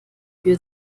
für